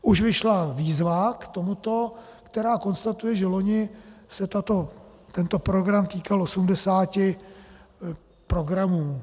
Už vyšla výzva k tomuto, která konstatuje, že loni se tento program týkal 80 programů .